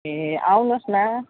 ए आउनुहोस् न